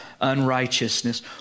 unrighteousness